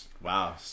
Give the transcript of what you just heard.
wow